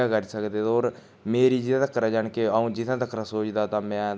खुम्बें गै करी सकदे होर मेरी एह् तगर जानि कि अ'ऊं जित्थें तगर सोचदा मैं तां